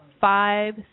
five